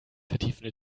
vertiefende